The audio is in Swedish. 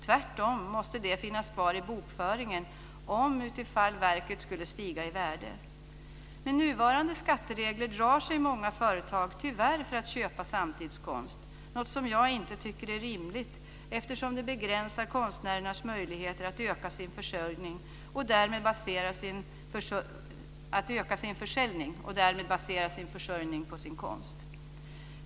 Tvärtom måste den finnas kvar i bokföringen om verket skulle stiga i värde. Med nuvarande skatteregler drar sig många företag tyvärr för att köpa samtidskonst, något som jag inte tycker är rimligt, eftersom det begränsar konstnärernas möjligheter att öka sin försäljning och därmed basera sin försörjning på sin konst.